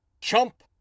chump